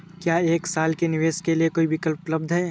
क्या एक साल के निवेश के लिए कोई विकल्प उपलब्ध है?